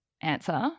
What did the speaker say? answer